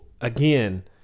again